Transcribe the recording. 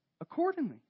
accordingly